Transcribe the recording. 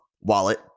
wallet